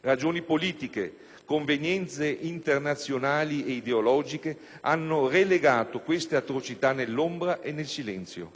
Ragioni politiche, convenienze internazionali e ideologiche hanno relegato queste atrocità nell'ombra e nel silenzio.